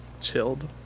chilled